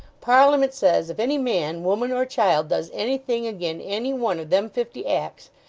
parliament says, if any man, woman, or child, does anything again any one of them fifty acts,